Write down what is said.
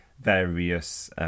various